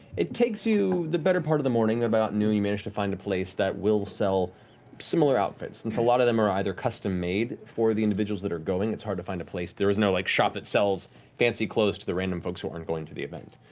it takes you the better part of the morning. about noon, you manage to find a place that will sell similar outfits. since a lot of them are either custom-made for the individuals that are going, it's hard to find a place. there is no like shop that sells fancy clothes to the random folks who aren't going to the event,